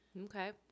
Okay